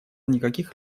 никаких